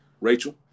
Rachel